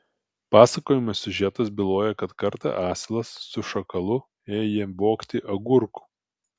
pasakojimo siužetas byloja kad kartą asilas su šakalu ėję vogti agurkų